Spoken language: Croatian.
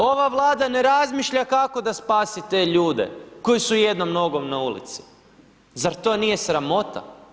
Ova Vlada ne razmišlja kako da spasi te ljude koji su jednom nogom na ulici, zar to nije sramota.